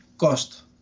cost